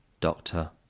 doctor